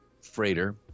freighter